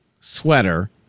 sweater